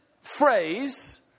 phrase